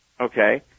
okay